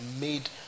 made